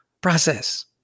process